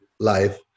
life